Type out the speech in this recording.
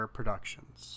Productions